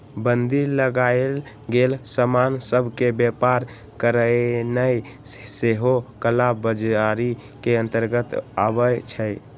बन्दी लगाएल गेल समान सभ के व्यापार करनाइ सेहो कला बजारी के अंतर्गत आबइ छै